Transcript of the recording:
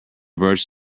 birch